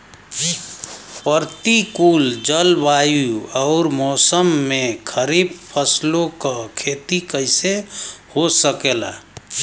प्रतिकूल जलवायु अउर मौसम में खरीफ फसलों क खेती कइसे हो सकेला?